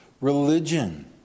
religion